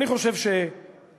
אני חושב שפגיעה